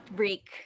break